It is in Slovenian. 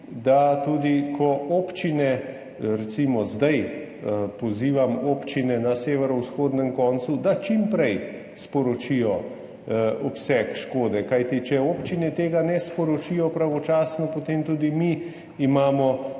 da tudi ko občine, recimo zdaj pozivam občine na severovzhodnem koncu, da čim prej sporočijo obseg škode, kajti če občine tega ne sporočijo pravočasno, imamo potem tudi mi težje